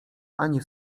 ani